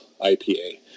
ipa